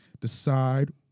Decide